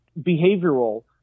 behavioral